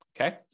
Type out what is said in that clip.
Okay